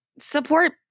support